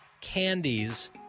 candies